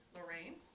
Lorraine